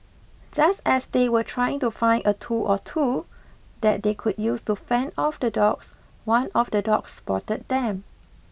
just as they were trying to find a tool or two that they could use to fend off the dogs one of the dogs spotted them